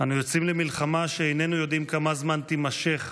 אנו יוצאים למלחמה שאיננו יודעים כמה זמן תימשך,